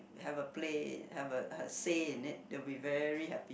have a play have a say in it they will be very happy